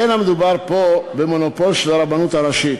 אין מדובר פה במונופול של הרבנות הראשית.